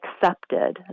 accepted